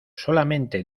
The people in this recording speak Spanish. solamente